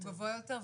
הוא גבוה יותר.